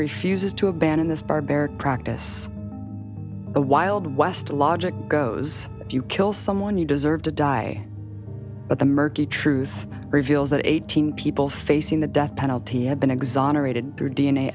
refuses to abandon this barbaric crack this the wild west logic goes if you kill someone you deserve to die but the murky truth reveals that eighteen people facing the death penalty have been exonerated through d